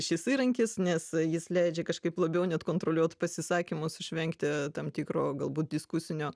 šis įrankis nes jis leidžia kažkaip labiau net kontroliuot pasisakymus išvengti tam tikro galbūt diskusinio